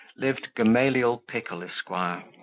lived gamaliel pickle, esq.